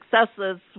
successes